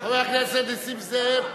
חבר הכנסת נסים זאב,